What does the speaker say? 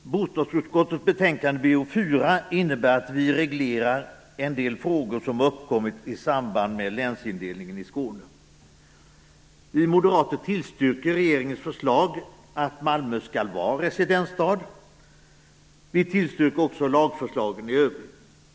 Herr talman! Bostadsutskottets betänkande BoU4 innebär att man reglerar en del frågor som har uppkommit i samband med länsindelningen i Skåne. Vi moderater tillstyrker regeringens förslag om att Malmö skall vara residensstad. Vi tillstyrker också lagförslagen i övrigt.